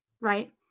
right